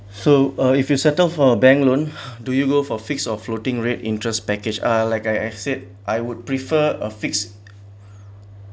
so uh if you settle for a bank loan do you go for fixed or floating rate interest package ah like I I said I would prefer a fixed